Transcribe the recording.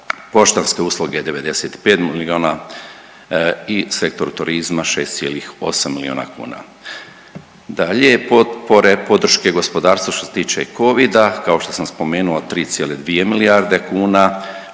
poštanske usluge 95 milijuna i sektoru turizma 6,8 milijuna kuna. Dalje potpore podrške gospodarstvu što se tiče Covida, kao što sam spomenuo 3,2 milijarde kuna,